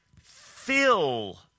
fill